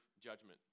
judgment